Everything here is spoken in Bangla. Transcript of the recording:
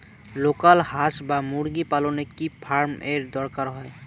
লোকাল হাস বা মুরগি পালনে কি ফার্ম এর দরকার হয়?